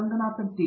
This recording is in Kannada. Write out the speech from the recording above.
ರೆಂಗಾನಾಥನ್ ಟಿ